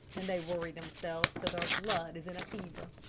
and they worry themselves till their blood is in a fever,